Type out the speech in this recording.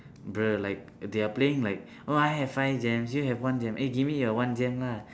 bro like they are playing like oh I have five gems you one gem eh give me your one gem lah